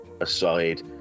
aside